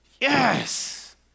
Yes